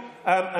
בחום,